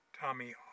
Tommy